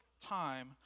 time